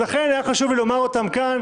לכן היה חשוב לי לומר אותם כאן,